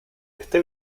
este